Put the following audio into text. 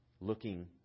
looking